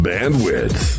Bandwidth